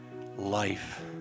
life